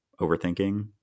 overthinking